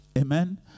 amen